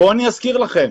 בואו אני אזכיר לכם,